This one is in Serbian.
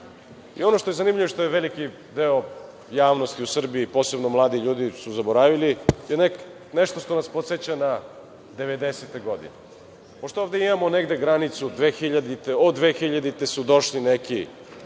što je zanimljivo i što je veliki deo javnosti u Srbiji, posebno mladi ljudi su zaboravili, je nešto što nas podseća na devedesete godine. Pošto ovde imamo negde granicu – od dvehiljadite